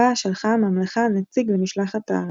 בה שלחה הממלכה נציג למשלחת הערבית.